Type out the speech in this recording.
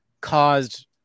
caused